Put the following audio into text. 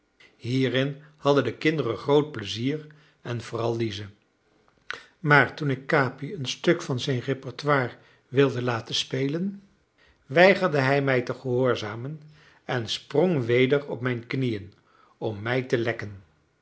hierin hadden de kinderen groot pleizier en vooral lize maar toen ik capi een stuk van zijn repertoire wilde laten spelen weigerde hij mij te gehoorzamen en sprong weder op mijn knieën om mij te lekken